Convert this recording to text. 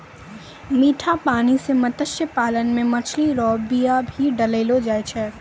मीठा पानी मे मत्स्य पालन मे मछली रो बीया भी डाललो जाय छै